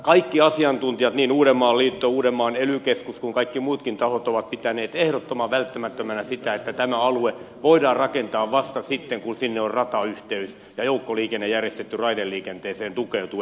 kaikki asiantuntijat niin uudenmaan liitto uudenmaan ely keskus kuin kaikki muutkin tahot ovat pitäneet ehdottoman välttämättömänä sitä että tämä alue voidaan rakentaa vasta sitten kun sinne on ratayhteys ja joukkoliikenne järjestetty raideliikenteeseen tukeutuen